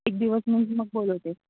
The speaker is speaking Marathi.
एक दिवस मग मी मग बोलवते